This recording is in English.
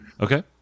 Okay